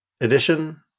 edition